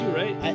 right